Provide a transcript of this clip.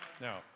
Now